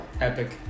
Epic